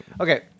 Okay